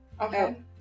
Okay